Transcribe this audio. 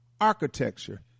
architecture